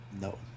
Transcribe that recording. No